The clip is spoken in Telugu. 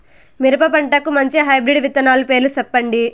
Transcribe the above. మిరప పంటకు మంచి హైబ్రిడ్ విత్తనాలు పేర్లు సెప్పండి?